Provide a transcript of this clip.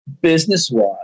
Business-wise